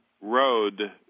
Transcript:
road